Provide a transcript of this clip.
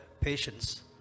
patience